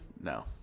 No